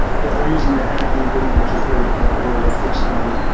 yeah they're using the ag eagle which is very popular or fixed-wing